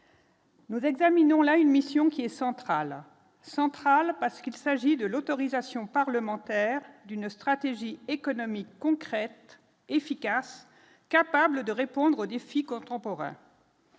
Nous examinons la une mission qui est central centrale parce qu'il s'agit de l'autorisation parlementaire d'une stratégie économique concrète, efficace, capable de répondre aux défis contemporains.